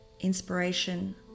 Inspiration